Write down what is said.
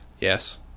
Yes